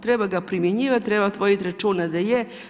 Treba ga primjenjivati, treba voditi računa da je.